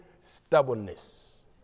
stubbornness